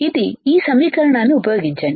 ఇది ఈ సమీకరణాన్ని ఉపయోగించండి